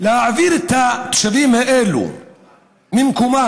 להעביר את התושבים האלה ממקומם,